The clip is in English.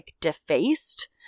defaced